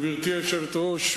גברתי היושבת-ראש,